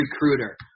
Recruiter